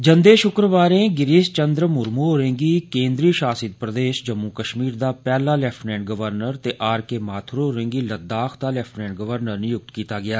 जंदे शुक्रवारें गिरीश चंद्र मुरमू होरें गी केंद्री राज प्रबंधन आले जम्मू कश्मीर दा पैहला लेफ्टिनेंट गवर्नर ते आर के माथुर होरें गी लद्दाख दा लेफ्टिनेंट गवर्नर नियुक्त कीता गेआ